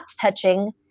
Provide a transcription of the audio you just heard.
touching